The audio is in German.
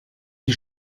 die